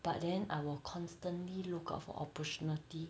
but then I will constantly look out for opportunity